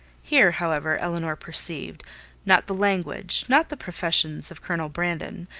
here, however, elinor perceived not the language, not the professions of colonel brandon,